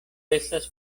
estas